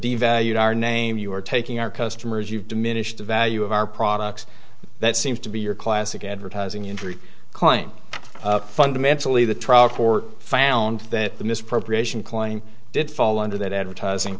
devalued our name you are taking our customers you diminish the value of our products that seems to be your classic advertising injury claims fundamentally the trial court found that the misappropriation claim did fall under that advertising